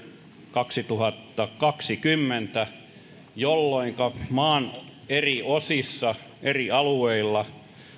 kaksituhattakaksikymmentä jolloinka maan eri osissa eri alueilla